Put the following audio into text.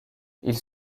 ils